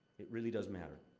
it really does matter.